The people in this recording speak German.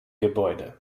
gebäude